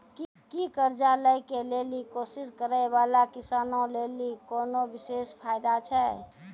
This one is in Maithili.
कि कर्जा लै के लेली कोशिश करै बाला किसानो लेली कोनो विशेष फायदा छै?